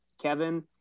Kevin